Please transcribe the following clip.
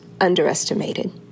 underestimated